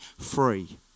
free